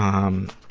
um,